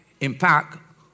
impact